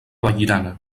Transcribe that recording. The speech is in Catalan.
vallirana